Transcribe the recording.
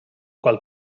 qual